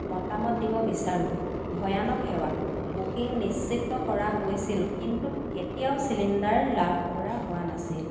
মতামত দিব বিচাৰোঁ ভয়ানক সেৱা বুকিং নিশ্চিত কৰা হৈছিল কিন্তু কেতিয়াও চিলিণ্ডাৰ লাভ কৰা হোৱা নাছিল